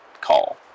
call